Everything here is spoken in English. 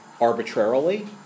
arbitrarily